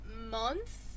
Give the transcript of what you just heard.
month